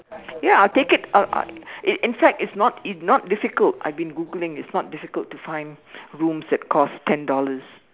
ya I will take it I will I will in fact it is not difficult I have been Googling it is not difficult to find rooms that cost ten dollars